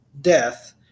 death